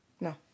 No